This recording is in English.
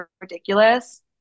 ridiculous